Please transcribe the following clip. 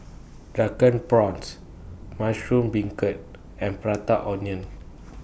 Drunken Prawns Mushroom Beancurd and Prata Onion